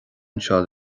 anseo